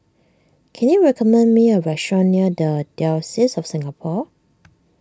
can you recommend me a restaurant near the Diocese of Singapore